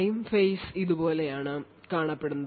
prime phase ഇതുപോലെയാണ് കാണപ്പെടുന്നത്